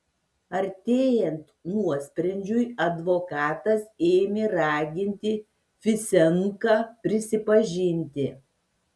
artėjant nuosprendžiui advokatas ėmė raginti fisenką prisipažinti